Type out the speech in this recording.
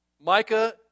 Micah